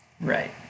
Right